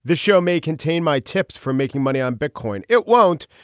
the show may contain my tips for making money on bitcoin. it won't.